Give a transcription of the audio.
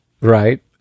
Right